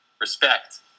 Respect